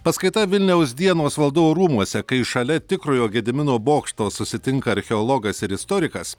paskaita vilniaus dienos valdovų rūmuose kai šalia tikrojo gedimino bokšto susitinka archeologas ir istorikas